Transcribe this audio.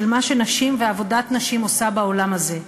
מה שנשים ועבודת נשים עושות בעולם הזה.